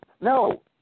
No